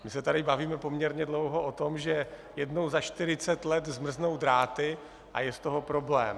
My se tady bavíme poměrně dlouho o tom, že jednou za 40 let zmrznou dráty a je z toho problém.